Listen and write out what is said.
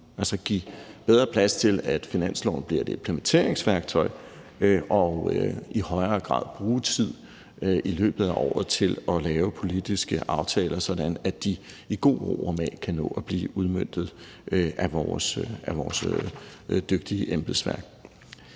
altså at give bedre plads til, at finansloven bliver et implementeringsværktøj, og i højere grad bruge tid i løbet af året på at lave politiske aftaler, sådan at de i ro og mag kan nå at blive udmøntet af vores dygtige embedsværk.